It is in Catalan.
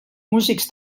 músics